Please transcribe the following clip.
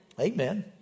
Amen